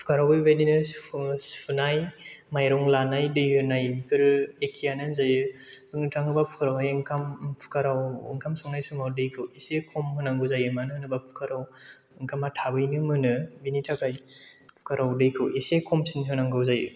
कुकार आव बेबायदिनो सुनाय माइरं लानाय दै होनाय बेफोरो एखेयानो होनजायो बुंनो थाङोबा कुकार आवहाय ओंखाम कुकार आव ओंखाम संनाय समाव दैखौ एसे खम होनांगौ जायो मानो होनोबा कुकार आव ओंखामा थाबैनो मोनो बिनि थाखाय कुकार आव दैखौ एसे खमसिन होनांगौ जायो